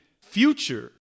future